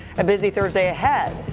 a busy thursday ahead.